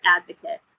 advocate